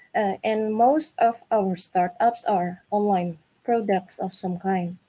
and most of our startups are online products of some kind.